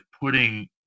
putting